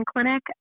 clinic